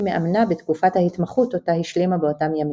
כמאמנה בתקופת ההתמחות אותה השלימה באותם ימים.